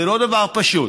זה לא דבר פשוט.